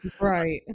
right